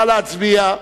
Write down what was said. נא להצביע.